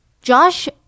Josh